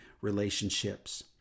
relationships